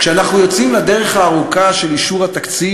כשאנחנו יוצאים לדרך הארוכה של אישור התקציב,